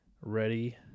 Ready